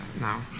now